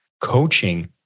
Coaching